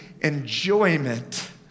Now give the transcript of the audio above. enjoyment